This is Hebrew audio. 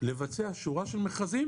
לבצע שורה של מכרזים